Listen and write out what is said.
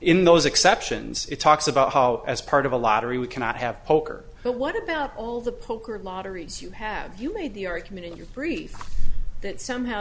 in those exceptions it talks about how as part of a lottery we cannot have poker but what about all the poker lotteries you have you made the argument in your brief that somehow